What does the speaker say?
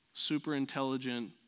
super-intelligent